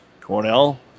Cornell